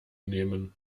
nehmen